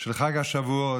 של חג השבועות.